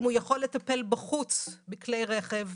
אם הוא יכול לטפל בחוץ בכלי רכב,